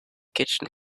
kitchen